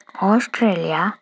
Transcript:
Australia